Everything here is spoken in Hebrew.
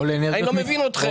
אני לא מבין אתכם.